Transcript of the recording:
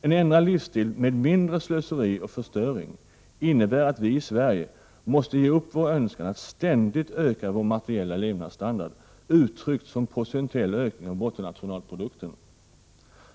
En ändrad livsstil med mindre slöseri och förstöring innebär att vi i Sverige måste ge upp vår önskan att ständigt öka vår materiella levnadsstandard, uttryckt som procentuell ökning av bruttonationalprodukten.